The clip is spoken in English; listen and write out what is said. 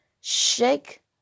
shake